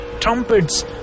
trumpets